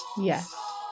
Yes